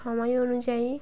সময় অনুযায়ী